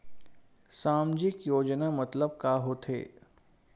सामजिक योजना मतलब का होथे?